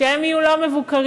שהם יהיו לא מבוקרים.